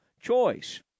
choice